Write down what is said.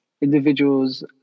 individuals